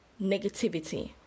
negativity